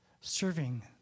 serving